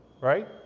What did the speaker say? right